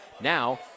now